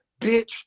bitch